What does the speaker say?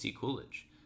Coolidge